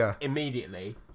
immediately